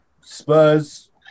Spurs